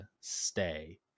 stay